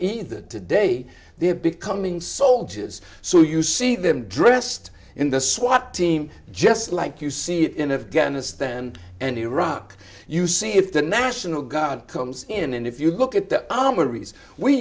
aren't either today they're becoming soldiers so you see them dressed in the swat team just like you see it in afghanistan and iraq you see if the national guard comes in and if you look at the